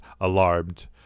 alarmed